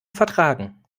vertragen